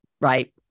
right